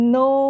no